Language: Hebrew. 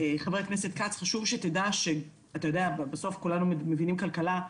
ח"כ כץ, אתה יודע, בסוף כולנו מבינים כלכלה.